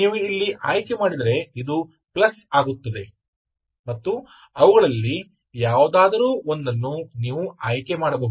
ನೀವು ಇಲ್ಲಿ ಆಯ್ಕೆ ಮಾಡಿದರೆ ಇದು ಪ್ಲಸ್ ಆಗುತ್ತದೆ ಮತ್ತು ಅವುಗಳಲ್ಲಿ ಯಾವುದಾದರೂ ಒಂದನ್ನು ನೀವು ಆಯ್ಕೆ ಮಾಡಬಹುದು